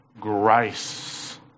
grace